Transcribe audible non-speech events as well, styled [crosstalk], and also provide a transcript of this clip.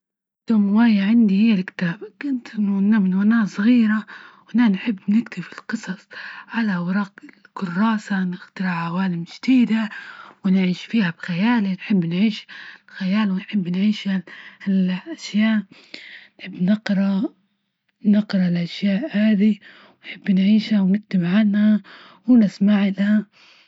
أقدم هواية عندي هي الكتابة كنت وأنا-وأنا صغيرة وأنا نحب نكتب في القصص على أوراق الكراسة، نخترع عوالم جديدة، ونعيش فيها بخيالنا، نحب نعيش خيال ونحب نعيشها [hesitation] الأشياء بنقرأ -نقرا الأشياء هذي، نحب نعيشها، ونكتب عنها ،ونسمع لها.